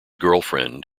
girlfriend